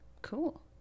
Cool